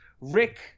Rick